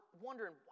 wondering